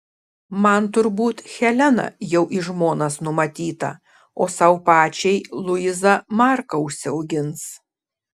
man turbūt helena jau į žmonas numatyta o sau pačiai luiza marką užsiaugins